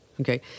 okay